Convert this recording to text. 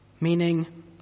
meaning